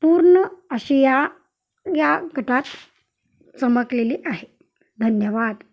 पूर्ण आशीया या गटात चमकलेली आहे धन्यवाद